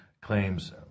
claims